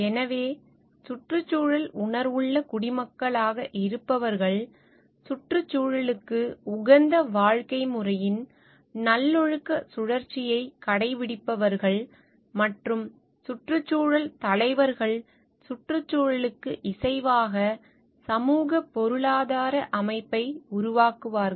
எனவே சுற்றுச்சூழல் உணர்வுள்ள குடிமக்களாக இருப்பவர்கள் சுற்றுச்சூழலுக்கு உகந்த வாழ்க்கை முறையின் நல்லொழுக்க சுழற்சியைக் கடைப்பிடிப்பவர்கள் மற்றும் சுற்றுச்சூழல் தலைவர்கள் சுற்றுச்சூழலுக்கு இசைவாக சமூகப் பொருளாதார அமைப்பை உருவாக்குவார்கள்